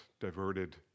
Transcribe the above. diverted